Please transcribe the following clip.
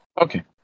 Okay